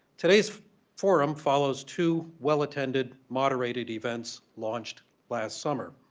today's forum follows two well-attended moderated events launched last summer.